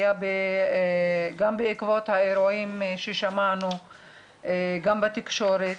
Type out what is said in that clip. הייתה בעקבות האירועים ששמענו גם בתקשורת